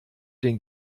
den